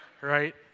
right